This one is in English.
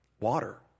Water